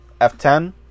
F10